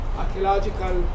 archaeological